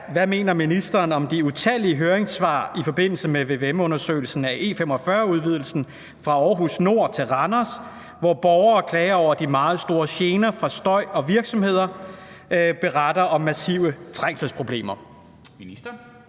Hvad mener ministeren om de utallige høringssvar i forbindelse med vvm-undersøgelsen af E45-udvidelsen fra Aarhus N til Randers, hvor borgere klager over de meget store gener fra støj og virksomheder beretter om massive trængselsproblemer?